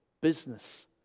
business